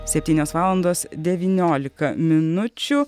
septynios valandos devyniolika minučių